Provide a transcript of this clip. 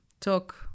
talk